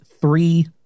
three